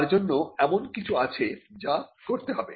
তার জন্য এমন কিছু আছে যা করতে হবে